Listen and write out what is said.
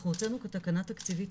אנחנו הוצאנו תקנה תקציבית,